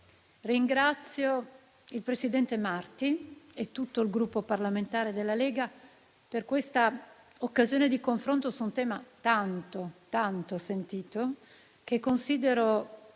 ringrazio il presidente Marti e tutto il Gruppo parlamentare della Lega per questa occasione di confronto su un tema tanto sentito, che considero